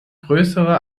größere